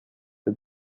the